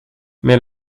mais